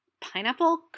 pineapple